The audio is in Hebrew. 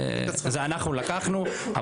זה אנחנו לקחנו.